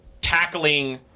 tackling